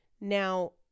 Now